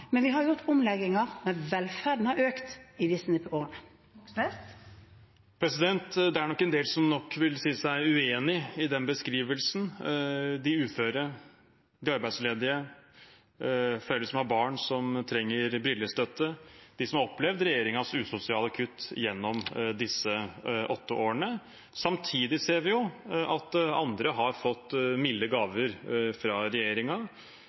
Vi har gjort omlegginger, men velferden har økt i disse årene. Det åpnes for oppfølgingsspørsmål – Bjørnar Moxnes. Det er nok en del som vil si seg uenig i den beskrivelsen: de uføre, de arbeidsledige, foreldre som har barn som trenger brillestøtte, de som har opplevd regjeringens usosiale kutt gjennom disse åtte årene. Samtidig ser vi at andre har fått milde gaver fra